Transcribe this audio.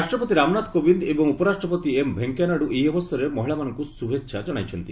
ରାଷ୍ଟ୍ରପତି ରାମନାଥ କୋବିନ୍ଦ ଏବଂ ଉପରାଷ୍ଟ୍ରପତି ଏମ୍ ଭେଙ୍କୟା ନାଇଡୁ ଏହି ଅବସରରେ ମହିଳାମାନଙ୍କୁ ଶୁଭେଚ୍ଛା ଜଣାଇଛନ୍ତି